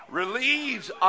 relieves